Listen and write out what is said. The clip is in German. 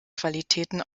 qualitäten